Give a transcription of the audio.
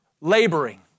laboring